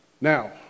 Now